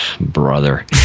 Brother